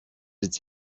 its